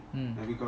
mmhmm